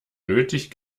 nötig